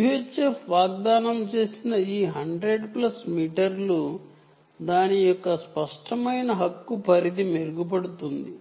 UHF వాగ్దానం చేసిన ఈ 100 ప్లస్ మీటర్లు దాని యొక్క రేంజ్ మెరుగుపడుతుంది